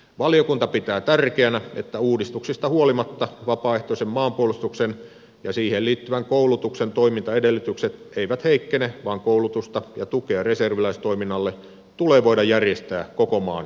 valiokunta pitää tärkeänä että uudistuksista huolimatta vapaaehtoisen maanpuolustuksen ja siihen liittyvän koulutuksen toimintaedellytykset eivät heikkene vaan koulutusta ja tukea reserviläistoiminnalle tulee voida järjestää koko maan kattavasti